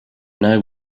know